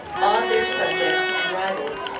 awed their subjects and rivals,